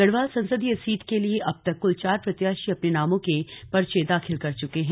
गढ़वाल संसदीय सीट के लिए अब तक कुल चार प्रत्याशी अपने नामों के पर्चे दाखिल कर चुके हैं